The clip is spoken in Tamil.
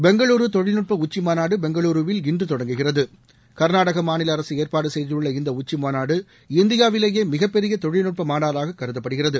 பெங்களூரு தொழில்நுட்ப உச்சிமாநாடு பெங்களூருவில் இன்று தொடங்குகிறது கர்நாடக மாநில அரசு ஏற்பாடு செய்துள்ள இந்த உச்சிமாநாடு இந்தியாவிலேயே மிகப்பெரிய தொழில்நுட்ப மாநாடாக கருதப்படுகிறது